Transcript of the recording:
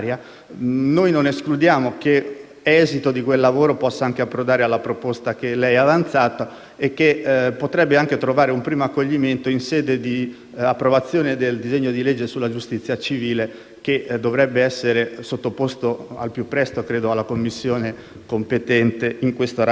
l'esito di quel lavoro possa approdare alla proposta che lei ha avanzato e che potrebbe anche trovare un primo accoglimento in sede di approvazione del disegno di legge sulla giustizia civile, che dovrebbe essere sottoposto al più presto alla Commissione competente in questo ramo del Parlamento e che è già stato approvato